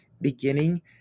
beginning